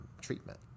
treatment